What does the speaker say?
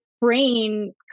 brain